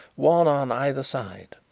one on either side.